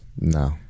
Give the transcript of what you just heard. no